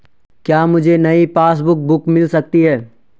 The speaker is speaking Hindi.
क्या मुझे नयी पासबुक बुक मिल सकती है?